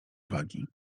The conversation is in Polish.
uwagi